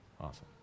Awesome